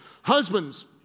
Husbands